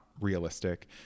realistic